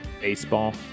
Baseball